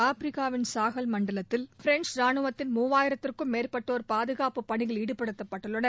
ஆப்ரிக்காவின் Sahel மண்டலத்தில் French ரானுவத்தின் மூவாயிரத்துக்கும் மேற்பட்டோர் பாகுக்பபுப் பணியில் ஈடபடுத்தப்பட்டுளளனர்